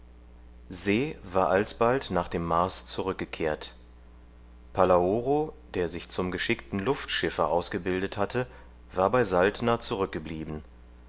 se war alsbald nach dem mars zurückgekehrt palaoro der sich zum geschickten luftschiffer ausgebildet hatte war bei saltner zurückgeblieben